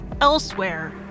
elsewhere